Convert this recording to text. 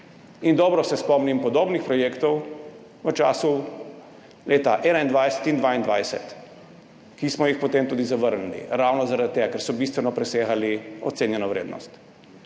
Dobro se spomnim podobnih projektov v letih 2021 in 2022, ki smo jih potem tudi zavrnili, ravno zaradi tega ker so bistveno presegali ocenjeno vrednost.